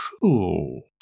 cool